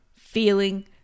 feeling